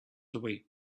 away